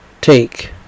Take